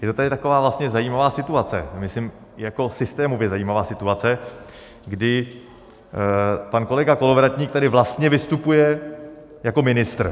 Je to tady taková vlastně zajímavá situace, myslím systémově zajímavá situace, kdy pan kolega Kolovratník tady vlastně vystupuje jako ministr.